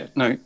no